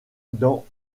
dans